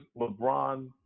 LeBron